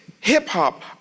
hip-hop